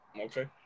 okay